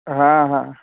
हा हा